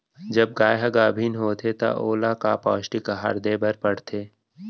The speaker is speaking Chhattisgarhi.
जब गाय ह गाभिन होथे त ओला का पौष्टिक आहार दे बर पढ़थे?